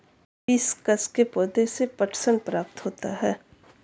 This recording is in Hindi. हिबिस्कस के पौधे से पटसन प्राप्त होता है